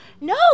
No